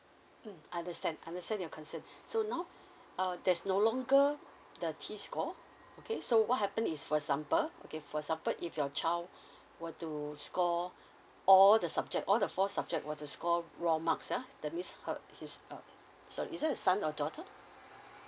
mm understand understand your concern so now uh there's no longer the T score okay so what happen is for example okay for example if your child were to score all the subject all the four subject were to score raw marks ah that's mean her his uh sorry is it a son or daughter